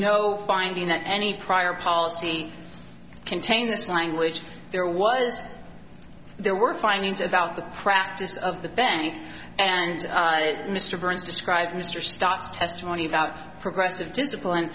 no finding any prior policy contain this language there was there were findings about the practice of the bank and mr burns described mr stott's testimony about progressive discipline